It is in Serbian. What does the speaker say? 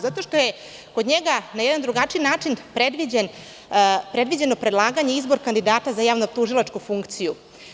Zato što je kod njega na jedan drugačiji način predviđeno predlaganje i izbor kandidata za javno-tužilačku funkciju.